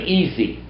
easy